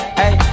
hey